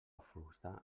fusta